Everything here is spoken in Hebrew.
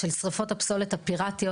של שריפות הפסולת הפיראטיות.